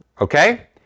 okay